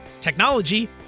technology